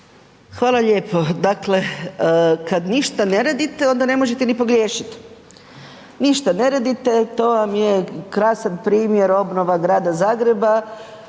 Hvala lijepo. Dakle, kad ništa ne radite, onda ne možete ni pogriješiti. Ništa ne radite, to vam je krasan primjer obnova grada Zagreba,